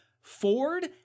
Ford